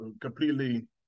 completely